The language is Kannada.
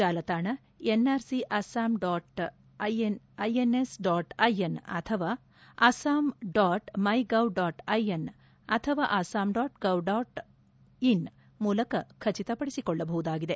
ಜಾಲತಾಣ ಎನ್ಆರ್ಸಿಅಸ್ಸಾಂ ಡಾಟ್ ಎನ್ಐಸಿ ಡಾಟ್ ಐಎನ್ ಅಥವಾ Assam dot MyGov dot in ಅಥವಾ Assam dot gov dot in ಮೂಲಕ ಕೂಡ ಖಚಿತಪಡಿಸಿಕೊಳ್ಳಬಹುದಾಗಿದೆ